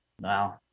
wow